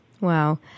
Wow